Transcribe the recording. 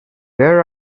where